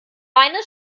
meine